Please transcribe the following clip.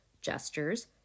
gestures